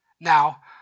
Now